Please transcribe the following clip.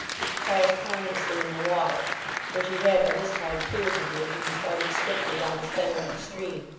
which plashed harmlessly in the water for she had by this time cleared the bridge, and was darting swiftly down the centre of the stream.